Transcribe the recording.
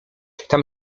tam